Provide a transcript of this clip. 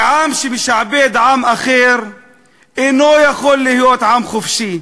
כי עם שמשעבד עם אחר אינו יכול להיות עם חופשי.